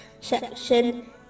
section